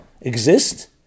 exist